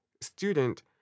student